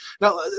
now